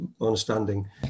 understanding